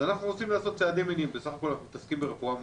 אז אנחנו רוצים לעשות צעדים --- בסך הכול אנחנו מתעסקים ברפואה מונעת.